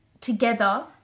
together